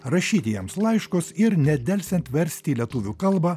rašyti jiems laiškus ir nedelsiant versti į lietuvių kalbą